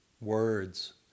words